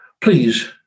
Please